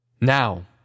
Now